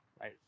right